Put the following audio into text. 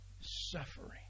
suffering